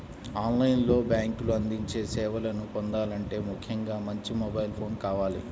on line లో బ్యేంకులు అందించే సేవలను పొందాలంటే ముఖ్యంగా మంచి మొబైల్ ఫోన్ కావాలి